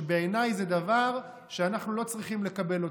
שבעיניי זה דבר שאנחנו לא צריכים לקבל אותו.